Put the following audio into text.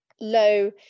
low